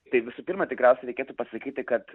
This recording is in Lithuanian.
tai visų pirma tikriausiai reikėtų pasakyti kad